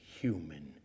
human